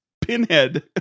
Pinhead